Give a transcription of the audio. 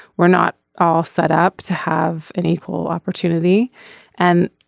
we're not all set up to have an equal opportunity and